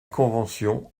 convention